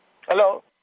Hello